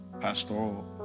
pastoral